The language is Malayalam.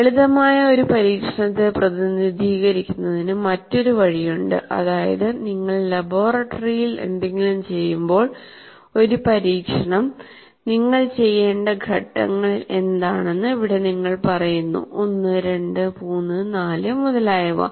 ലളിതമായ ഒരു പരീക്ഷണത്തെ പ്രതിനിധീകരിക്കുന്നതിന് മറ്റൊരു വഴിയുണ്ട് അതായത് നിങ്ങൾ ലബോറട്ടറിയിൽ എന്തെങ്കിലും ചെയ്യുമ്പോൾ ഒരു പരീക്ഷണം നിങ്ങൾ ചെയ്യേണ്ട ഘട്ടങ്ങൾ എന്താണെന്ന് ഇവിടെ നിങ്ങൾ പറയുന്നു 1 2 3 4 മുതലായവ